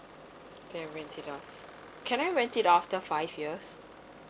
okay can I rent it after five years